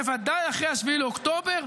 בוודאי אחרי 7 באוקטובר,